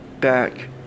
back